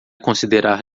considerar